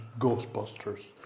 Ghostbusters